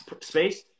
space